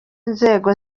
inzego